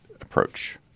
approach